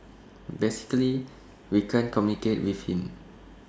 basically we can't communicate with him